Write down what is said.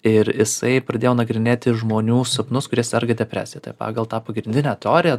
ir jisai pradėjo nagrinėti žmonių sapnus kurie serga depresija tai pagal tą pagrindinę teoriją